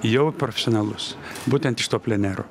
jau profesionalus būtent iš to plenero